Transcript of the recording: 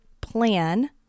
plan